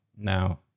Now